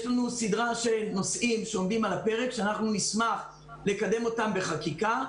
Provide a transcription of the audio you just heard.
יש לנו סדרה של נושאים שעומדים על הפרק שנשמח לקדם אותם בחקיקה.